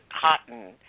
cotton